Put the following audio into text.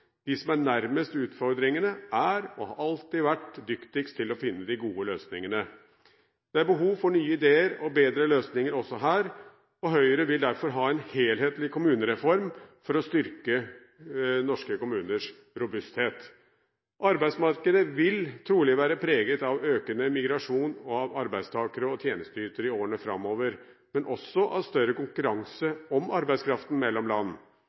De som er nærmest utfordringene, er og har alltid vært dyktigst til å finne de gode løsningene. Det er behov for nye ideer og bedre løsninger også her, og Høyre vil derfor ha en helhetlig kommunereform for å styrke norske kommuners robusthet. Arbeidsmarkedet vil trolig være preget av økende migrasjon av arbeidstakere og tjenesteytere i årene framover, men også av større konkurranse om arbeidskraften mellom land.